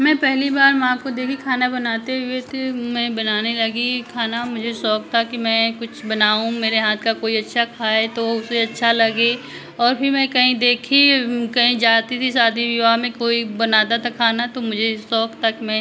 मैं पहेली बार माँ को देखी खाना बनाते हुए तो मैं बनाने लगी खाना मुझे शौक था कि मैं कुछ बनाऊँ मेरे हाथ का कोई अच्छा खाए तो उसे अच्छा लगे और फिर मैं कहीं देखी कहीं जाती थी शादी विवाह में कोई बनाता था खाना तो मुझे शौक था कि मैं